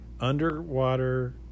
underwater